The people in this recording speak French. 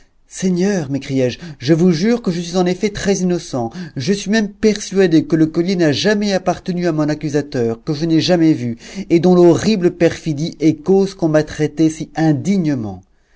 seigneur m'écriaije je vous jure que je suis en effet très innocent je suis même persuadé que le collier n'a jamais appartenu à mon accusateur que je n'ai jamais vu et dont l'horrible perfidie est cause qu'on m'a traité si indignement